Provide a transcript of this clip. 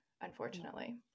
unfortunately